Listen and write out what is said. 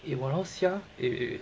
eh !walao! sia